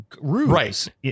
Right